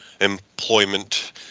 employment